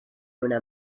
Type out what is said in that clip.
una